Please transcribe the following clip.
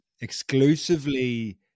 exclusively